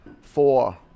four